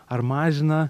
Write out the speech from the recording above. ar mažina